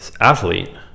athlete